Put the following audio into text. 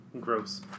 gross